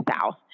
South